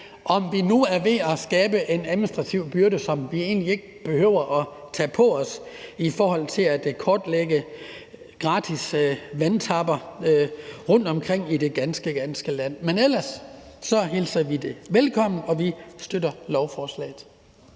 om vi nu er ved at skabe en administrativ byrde, som vi egentlig ikke behøver at tage på os, i forhold til at kortlægge omfanget af gratis vandtapning rundtomkring i det ganske danske land. Men ellers hilser vi det velkommen, og vi støtter lovforslaget.